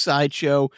Sideshow